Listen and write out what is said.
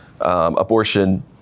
abortion